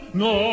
no